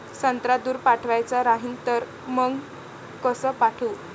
संत्रा दूर पाठवायचा राहिन तर मंग कस पाठवू?